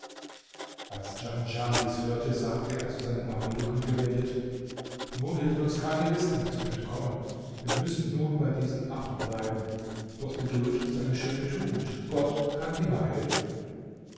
als djanschah dies hörte sagte er zu seinen mamelucken gewendet nun hilft uns keine list mehr zum entkommen wir müssen nun bei diesen affen bleiben doch geduld ist eine schöne tagend gott kann immer helfen